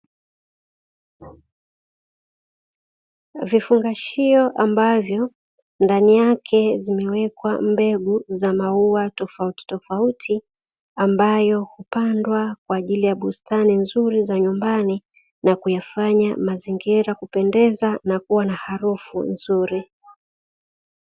Vifungashio ambavyo ndani yake zimewekwa mbegu za maua tofautitofauti, ambayo hupandwa kwa ajili ya bustani nzuri za nyumbani nakuyafanya mazingira kupendeza nakuwa na harufu nzuri.